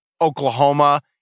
Oklahoma